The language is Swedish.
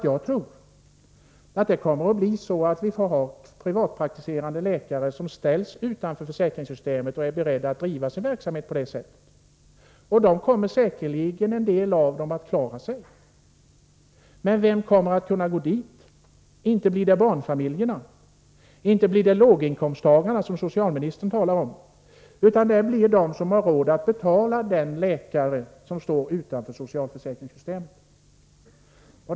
Jag tror att det kommer att bli så att vi får privatpraktiserande läkare som ställs utanför försäkringssystemet och är beredda att driva sin verksamhet på det sättet. En del av dem kommer säkerligen att klara sig. Men vilka kommer att kunna gå till dem? Inte blir det barnfamiljerna, inte blir det låginkomsttagarna, som socialministern talar om, utan det blir de som har råd att betala den läkare som står utanför socialförsäkringssystemet.